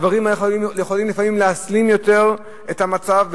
הדברים האלה יכולים לפעמים להסלים יותר את המצב,